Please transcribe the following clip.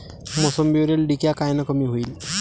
मोसंबीवरील डिक्या कायनं कमी होईल?